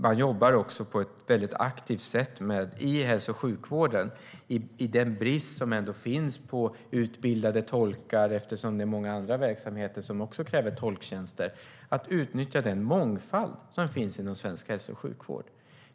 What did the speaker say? Man jobbar också på ett väldigt aktivt sätt i hälso och sjukvården i den brist som ändå finns på utbildade tolkar, eftersom det är många andra verksamheter som också kräver tolktjänster, på att utnyttja den mångfald som finns inom hälso och sjukvård.